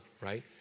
right